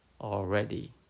already